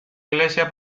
iglesia